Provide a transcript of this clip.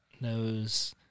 knows